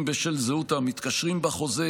אם בשל זהות המתקשרים בחוזה,